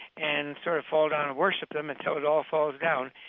and sort of fall down and worship them until it all falls down.